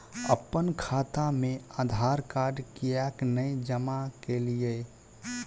अप्पन खाता मे आधारकार्ड कियाक नै जमा केलियै?